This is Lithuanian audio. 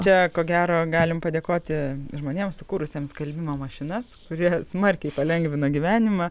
čia ko gero galim padėkoti žmonėms sukūrusiems skalbimo mašinas kurie smarkiai palengvina gyvenimą